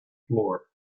floor